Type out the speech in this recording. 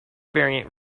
variant